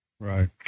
right